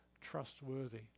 trustworthy